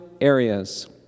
areas